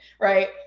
right